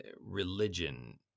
religion